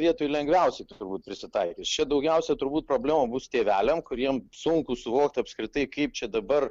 vietoj lengviausiai turbūt prisitaikys čia daugiausiai turbūt problema bus tėveliam kuriem sunku suvokt apskritai kaip čia dabar